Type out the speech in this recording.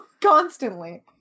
Constantly